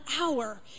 hour